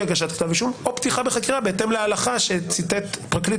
הגשת כתב אישום או פתיחה בחקירה בהתאם להלכה שציטט פרקליט